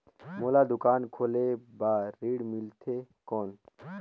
मोला दुकान खोले बार ऋण मिलथे कौन?